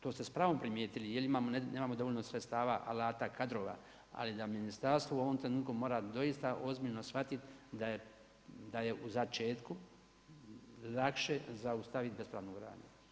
to ste s pravom primijetili, nemamo dovoljno sredstava, alata, kadrova, ali da ministarstvo u ovom trenutku mora doista ozbiljno shvatiti da je u začetku lakše zaustaviti bespravnu gradnju.